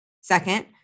Second